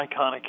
iconic